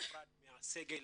נפרד מסגל